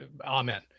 Amen